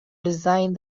design